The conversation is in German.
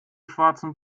schwarzen